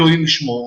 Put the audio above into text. אלוקים ישמור.